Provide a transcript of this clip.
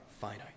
finite